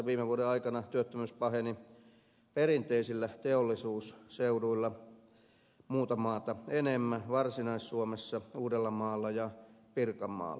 viime vuoden aikana työttömyys paheni perinteisillä teollisuusseuduilla muuta maata enemmän varsinais suomessa uudellamaalla ja pirkanmaalla